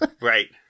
Right